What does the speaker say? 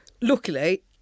Luckily